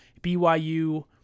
BYU